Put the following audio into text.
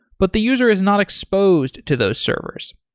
but the user is not exposed to those servers.